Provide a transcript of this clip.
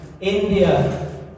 India